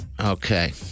Okay